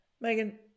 Megan